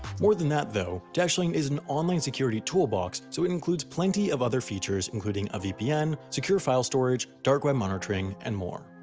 more than that, though, dashlane is an online security toolbox so it includes plenty of other features including a vpn, secure file storage, dark web monitoring, and more.